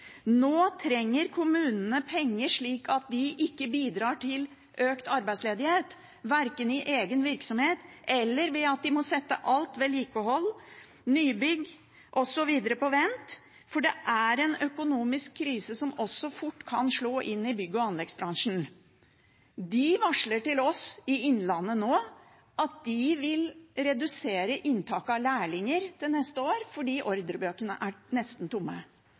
Nå trenger kommunene penger, slik at de ikke bidrar til økt arbeidsledighet, verken i egen virksomhet eller ved at de må sette alt vedlikehold, nybygg osv. på vent, for dette er en økonomisk krise som også fort kan slå inn i bygg- og anleggsbransjen. I Innlandet varsler de nå om at de vil redusere inntaket av lærlinger til neste år fordi ordrebøkene er nesten tomme.